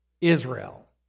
Israel